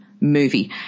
movie